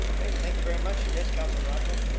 okay, thank you very much. yes, councilor morocco?